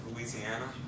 Louisiana